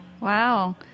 Wow